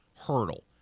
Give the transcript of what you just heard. hurdle